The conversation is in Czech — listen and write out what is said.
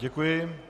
Děkuji.